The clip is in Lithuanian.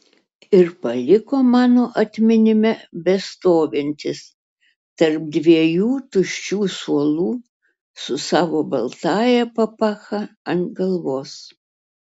ir paliko mano atminime bestovintis tarp dviejų tuščių suolų su savo baltąja papacha ant galvos